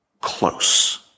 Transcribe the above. close